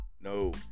no